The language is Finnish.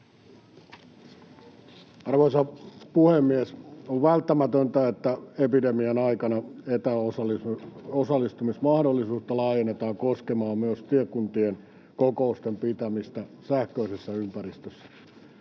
Arvoisa puhemies! On välttämätöntä, että epidemian aikana etäosallistumismahdollisuutta laajennetaan koskemaan myös tiekuntien kokousten pitämistä sähköisessä ympäristössä.